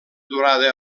durada